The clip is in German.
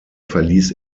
verließ